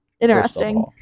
Interesting